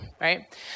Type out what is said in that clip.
right